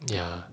ya